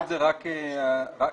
ב-(1)